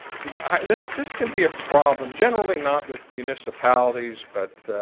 the i this this can be a problem generally not with municipalities but